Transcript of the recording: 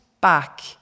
back